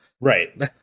Right